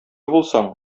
булсаң